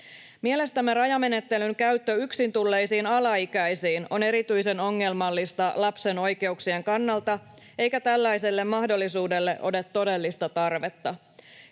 Mielestämme rajamenettelyn käyttö yksin tulleisiin alaikäisiin on erityisen ongelmallista lapsen oikeuksien kannalta, eikä tällaiselle mahdollisuudelle ole todellista tarvetta.